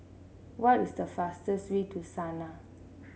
what is the fastest way to Sanaa